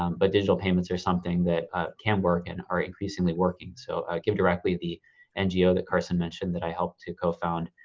um but digital payments are something that ah can work and are increasingly working. so givedirectly, the ngo that carson mentioned, that i helped to co-found,